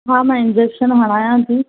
हा मां इंजेक्शन हणायां थी